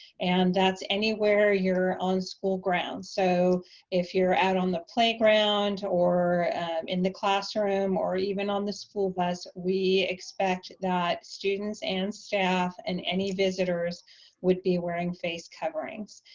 and that's anywhere you're on school grounds. so if you're out on the playground, or in the classroom, or even on the school bus, we expect that students and staff and any visitors would be wearing face coverings.